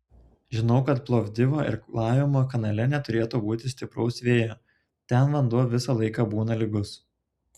žinau kad plovdivo irklavimo kanale neturėtų būti stipraus vėjo ten vanduo visą laiką būna lygus